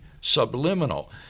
subliminal